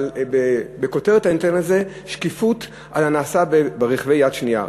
אבל אני אתן על זה כותרת: שקיפות על הנעשה ברכבי יד שנייה.